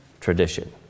tradition